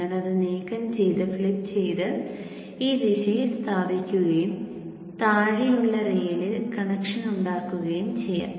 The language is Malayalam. ഞാൻ അത് നീക്കം ചെയ്ത് ഫ്ലിപ്പ് ചെയ്ത് ഈ ദിശയിൽ സ്ഥാപിക്കുകയും താഴെയുള്ള റെയിലിൽ കണക്ഷൻ ഉണ്ടാക്കുകയും ചെയ്യാം